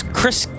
Chris